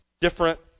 different